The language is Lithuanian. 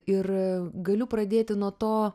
ir galiu pradėti nuo to